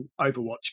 Overwatch